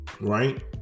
right